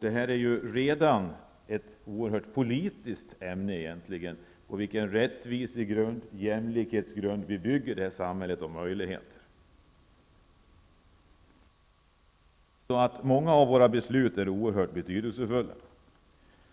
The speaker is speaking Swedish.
Detta är en politisk fråga, nämligen om den grund av rättvisa och jämlikhet på vilken vi bygger detta samhälle och de möjligheter det ger. Många av våra beslut är oerhört betydelsefulla.